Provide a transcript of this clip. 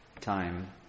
time